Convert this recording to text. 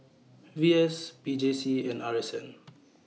V S P J C and R S N